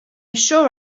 sure